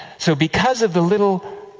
so, because of the little